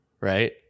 right